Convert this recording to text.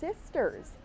sisters